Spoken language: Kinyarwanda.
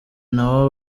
n’abo